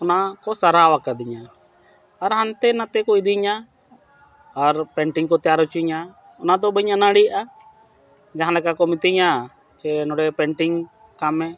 ᱚᱱᱟ ᱠᱚ ᱥᱟᱨᱦᱟᱣ ᱟᱠᱟᱫᱤᱧᱟ ᱟᱨ ᱦᱟᱱᱛᱮ ᱱᱟᱛᱮ ᱠᱚ ᱤᱫᱤᱧᱟ ᱟᱨ ᱯᱮᱱᱴᱤᱝ ᱠᱚ ᱛᱮᱭᱟᱨ ᱦᱚᱪᱚᱧᱟ ᱚᱱᱟ ᱫᱚ ᱵᱟᱹᱧ ᱟᱹᱱᱟᱹᱲᱤᱜᱼᱟ ᱡᱟᱦᱟᱸ ᱞᱮᱠᱟ ᱠᱚ ᱢᱤᱛᱟᱹᱧᱟ ᱡᱮ ᱱᱚᱰᱮ ᱯᱮᱱᱴᱤᱝ ᱠᱟᱜ ᱢᱮ